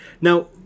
now